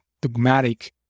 dogmatic